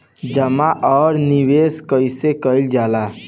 जमा और निवेश कइसे कइल जाला?